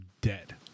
dead